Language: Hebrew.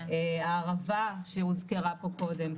הערבה שהוזכרה פה קודם,